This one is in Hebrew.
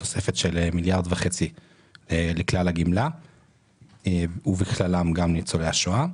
שכלל תוספת של 1.5 מיליארד לכלל הגמלה ובכללם גם ניצולי השואה.